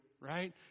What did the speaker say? right